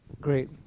Great